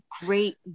great